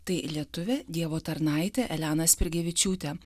tai lietuvė dievo tarnaitė elena spirgevičiūtė